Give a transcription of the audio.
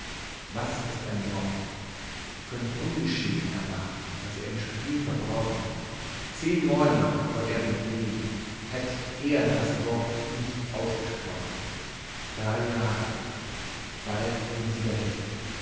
was ist ein mord könnt ungeschehn er machen was er im spiel verbrochen zehn morde noch wollt er begehn hätt er das wort nicht ausgesprochen drei jahre bald sind sie dahin